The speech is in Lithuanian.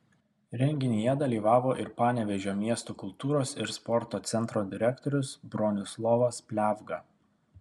renginyje dalyvavo ir panevėžio miesto kultūros ir sporto centro direktorius bronislovas pliavga